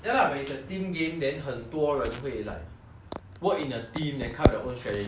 work in a team that kind of their own strategy that that is what that makes it more interesting mah